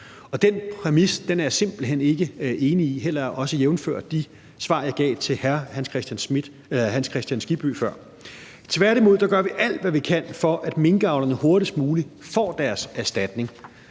Den præmis er jeg simpelt hen ikke enig i, jævnfør de svar, jeg gav til hr. Hans Kristian Skibby før. Vi gør tværtimod alt, hvad vi kan, for at minkavlerne hurtigst muligt får deres erstatning,